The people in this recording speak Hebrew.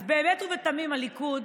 אז באמת ובתמים, הליכוד